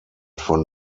von